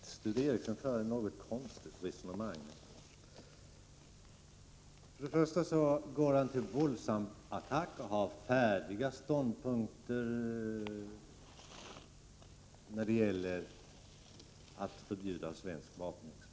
Herr talman! Sture Ericson för ett något konstigt resonemang. Han går till våldsam attack och har färdiga ståndpunkter i frågan om att förbjuda svensk vapenexport.